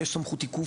יש שם סמכות עיכוב,